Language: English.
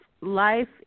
life